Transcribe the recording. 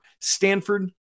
stanford